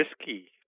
risky